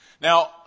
Now